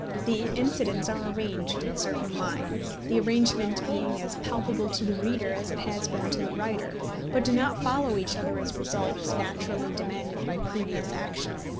the incidents are arranged in certain lines the arrangement being as palpable to the reader as it has been to the writer but do not follow each other as results naturally demanded by previous action.